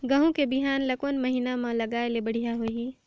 गहूं के बिहान ल कोने महीना म लगाय ले बढ़िया होही?